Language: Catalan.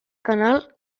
canal